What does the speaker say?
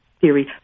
theory